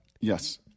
Yes